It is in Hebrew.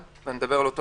ואני מדבר על אותו